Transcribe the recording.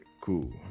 Cool